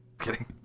Kidding